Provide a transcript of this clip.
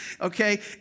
okay